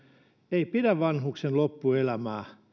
ei pidä vanhuksen loppuelämää